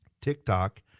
tiktok